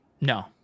No